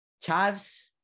Chives